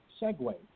segue